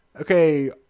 Okay